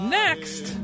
next